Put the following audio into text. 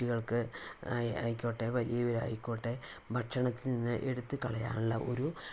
കുട്ടികൾക്ക് ഐ ആയിക്കോട്ടെ വലിയവരായിക്കോട്ടെ ഭക്ഷണത്തീന്ന് എടുത്തു കളയാൻ ഉള്ള ഒരു